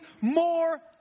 more